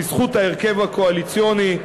בזכות ההרכב הקואליציוני,